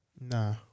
Nah